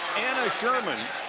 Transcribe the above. and sherman.